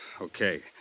Okay